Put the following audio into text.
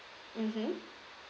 mmhmm